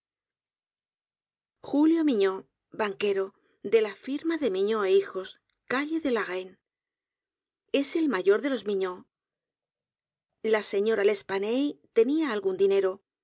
julio mignaud banquero de la firma de mignaud é hijos calle delareine es el mayor de los mignaud la señora l'espanaye tenía algún dinero